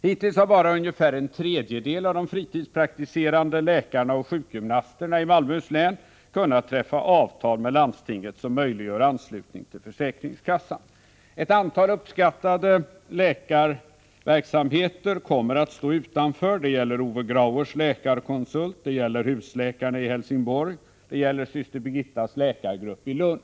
Hittills har bara ungefär en tredjedel av de fritidspraktiserande läkarna och sjukgymnasterna i Malmöhus län kunnat träffa avtal med landstinget som möjliggör anslutning till försäkringskassan. Ett antal uppskattade läkarverksamheter måste stå utanför. Det gäller bl.a. Ove Grauers Läkarkonsult, husläkarna i Helsingborg, Syster Birgittas Läkargrupp i Lund.